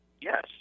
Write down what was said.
yes